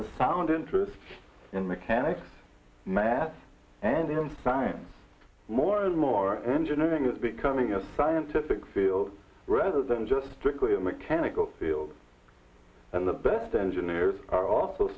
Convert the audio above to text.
as sound interest in mechanics math and them science more and more engineering is becoming a scientific field rather than just strictly a mechanical field and the best engineers are a